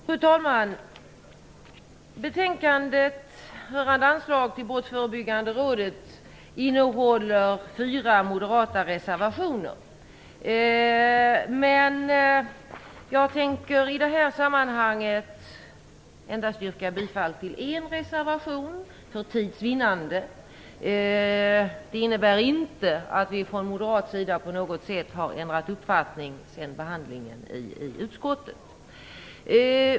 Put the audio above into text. Fru talman! Betänkandet rörande anslag till Brottsförebyggande rådet innehåller fyra moderata reservationer. I det här sammanhanget tänker jag för tids vinnande endast yrka bifall till en reservation. Det innebär inte att vi moderater har ändrat uppfattning sedan behandlingen i utskottet.